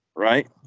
Right